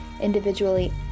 individually